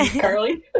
Carly